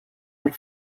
per